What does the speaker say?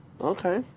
Okay